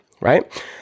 Right